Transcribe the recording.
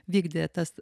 vykdė tas